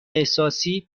احساسی